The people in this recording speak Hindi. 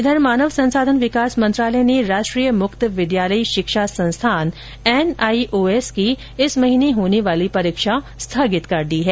इधर मानव संसाधन विकास मंत्रालय ने राष्ट्रीय मुक्त विद्यालयी शिक्षा संस्थान एनआईओएस की इस महीने होने वाली परीक्षा स्थगित कर दी है